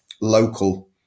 local